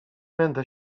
będę